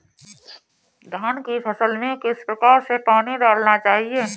धान की फसल में किस प्रकार से पानी डालना चाहिए?